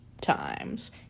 times